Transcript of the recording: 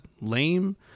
lame